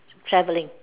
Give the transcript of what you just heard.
traveling